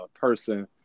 person